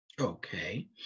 Okay